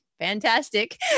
fantastic